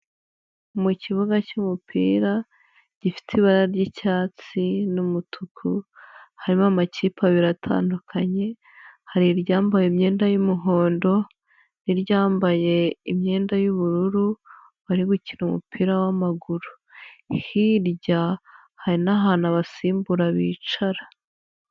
Mu kibuga cy'umupira gifite ibara ry'icyatsi n'umutuku harimo amakipe abiri atandukanye, hari iryambaye imyenda y'umuhondo n'iryambaye imyenda y'ubururu, bari gukina umupira w'amaguru hirya hari n'ahantu abasimbura bicara.